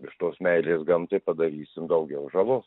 iš tos meilės gamtai padarysim daugiau žalos